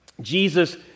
Jesus